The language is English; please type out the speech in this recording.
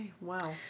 wow